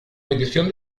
petición